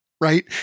right